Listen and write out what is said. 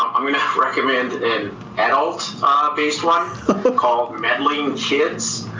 i'm gonna recommend an adult based one called meddling kids.